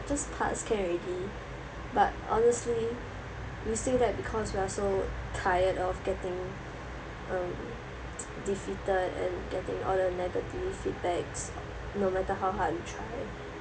just pass can already but honestly do we say that because we are so tired of getting um defeated and getting all the negative feedbacks no matter how hard we try